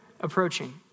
approaching